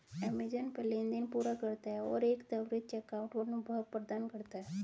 Amazon Pay लेनदेन पूरा करता है और एक त्वरित चेकआउट अनुभव प्रदान करता है